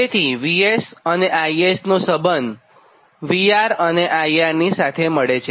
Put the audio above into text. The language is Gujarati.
તેથી VS અને IS નો સંબંધ VR અને IR નીસાથે મળે છે